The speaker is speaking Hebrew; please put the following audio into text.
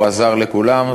והוא עזר לכולם.